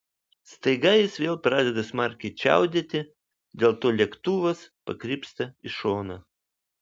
staiga jis vėl pradeda smarkiai čiaudėti dėl to lėktuvas pakrypsta į šoną